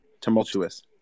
tumultuous